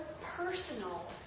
personal